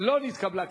לא נתקבלה.